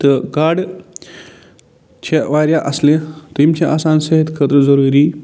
تہٕ گاڈٕ چھےٚ واریاہ اَصلہِ تہِ یِم چھےٚ آسان صحت خٲطرٕ ضروٗری